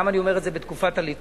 למה אני אומר את זה בתקופת הליכוד,